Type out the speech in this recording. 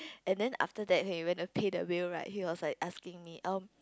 and then after that he went to pay the bill right he was like asking me um